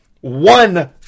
one